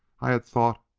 i had thought